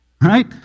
Right